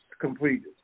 completed